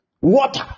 water